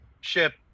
ship